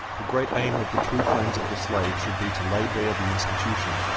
the great aim of the true friends of the slave should be to lay bare the institution,